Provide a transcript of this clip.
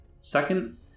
Second